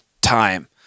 time